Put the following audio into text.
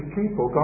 people